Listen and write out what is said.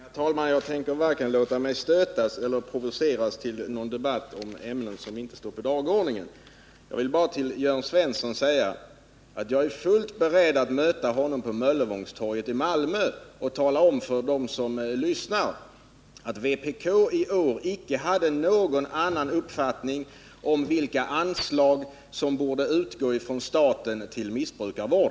Herr talman! Nej, jag tänker varken låta mig stötas eller provoceras till någon debatt om ämnen som inte står på dagordningen. Jag vill bara till Jörn Svensson säga, att jag är fullt beredd att möta honom på Möllevångstorget i Malmö och tala om för dem som lyssnar att vpk i år icke hade någon annan uppfattning om vilka anslag som borde utgå från staten till missbrukarvård.